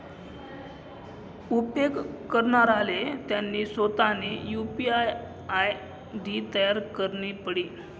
उपेग करणाराले त्यानी सोतानी यु.पी.आय आय.डी तयार करणी पडी